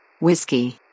Whiskey